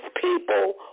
people